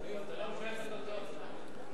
זה לא משנה את התוצאות.